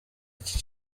iki